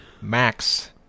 max